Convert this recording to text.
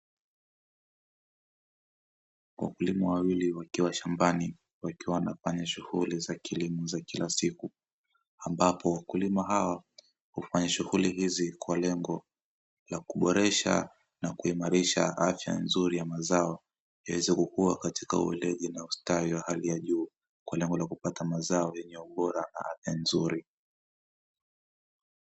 Wakulima wawili wakiwa shambani, wakiwa wanafanya shughuli za kilimo za kila siku, ambapo wakulima hawa hufanya shughuli hizi kwa lengo la kuboresha na kuimarisha afya nzuri ya mazao yaweze kukua katika weledi na ustawi wa hali ya juu, kwa lengo la kupata mazao yenye ubora na afya nzuri.